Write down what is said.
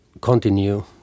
continue